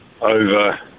over